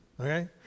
okay